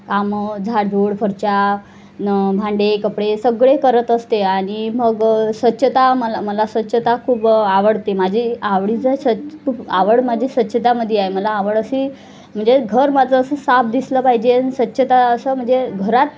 कामं झाडझूड फरशा न भांडे कपडे सगळे करत असते आणि मग स्वच्छता मला मला स्वच्छता खूप आवडते माझी आवडीचा स्च खूप आवड माझी स्वच्छतामध्ये आहे मला आवड अशी म्हणजे घर माझं असं साफ दिसलं पाहिजे आणि स्वच्छता असं म्हणजे घरात